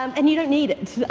um and you don't need it.